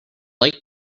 like